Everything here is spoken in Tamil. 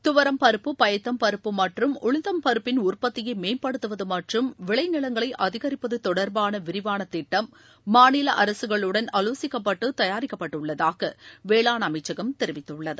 துவரம் பருப்பு பயத்தம் பருப்பு மற்றும் உளுந்தம் பருப்பின் உற்பத்தியை மேம்படுத்துவது மற்றும் விளைநிலங்களை அதிகரிப்பது தொடர்பான விரிவான திட்டம் மாநில அரசுகளுடன் ஆலோசிக்கப்பட்டு தயாரிக்கப்பட்டுள்ளதாக வேளாண் அமைச்சகம் தெரிவித்துள்ளது